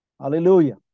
Hallelujah